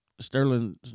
Sterling